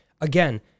again